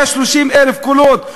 היה 30,000 קולות.